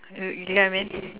you you get what I mean